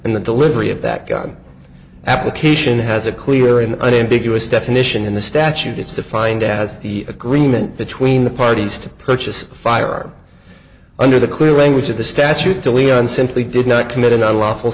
and the delivery of that gun application has a clear and unambiguous definition in the statute it's defined as the agreement between the parties to purchase a firearm under the clear language of the statute to leon simply did not commit another lawful